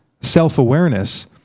self-awareness